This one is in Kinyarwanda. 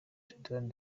sudan